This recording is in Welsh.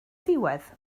diwedd